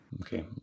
Okay